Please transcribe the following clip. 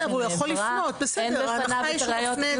אין בפניו את הראיות.